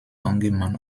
bangemann